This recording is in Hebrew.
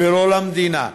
ולא למדינה.